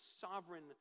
sovereign